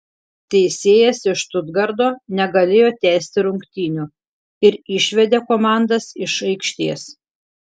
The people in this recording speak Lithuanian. teisėjas iš štutgarto negalėjo tęsti rungtynių ir išvedė komandas iš aikštės